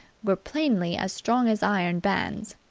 were plainly as strong as iron bands.